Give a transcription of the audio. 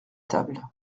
table